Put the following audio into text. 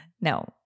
No